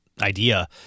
idea